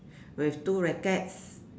with two rackets